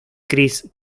christ